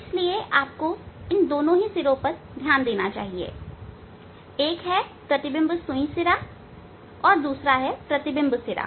इसलिए आपको इन दोनों के सिरे पर ध्यान देना चाहिए एक है प्रतिबिंब सुई सिरा और दूसरा है प्रतिबिंब सिरा